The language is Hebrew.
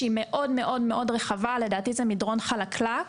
סמכות מאוד מאוד רחבה ולדעתי זה מדרון חלקלק,